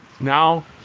Now